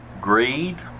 greed